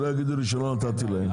שלא יגידו לי שלא נתתי להם.